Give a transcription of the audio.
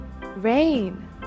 rain